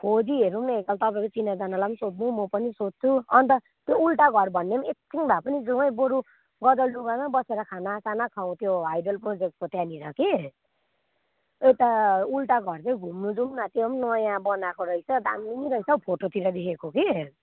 खोजी हेरौँ एकताल तपाईँको चिनाजानलाई पनि सोध्नु म पनि सोध्छु अन्त त्यो उल्टा घर भन्ने पनि एकछिन भए पनि जाउँ है बरु गजलडुब्बामा बसेर खाना साना खाउँ त्यो हाइडल प्रोजेक्टको त्यहाँनिर कि यता उल्टा घर चाहिँ घुम्नु जाउँ न त्यो पनि नयाँ बनाएको रहेछ दामी रहेछ हौ फोटोतिर देखेको कि